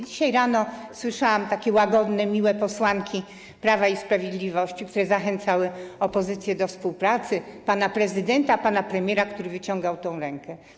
Dzisiaj rano słyszałam takie łagodne, miłe posłanki Prawa i Sprawiedliwości, które zachęcały opozycję do współpracy, pana prezydenta, pana premiera, który wyciągał tę rękę.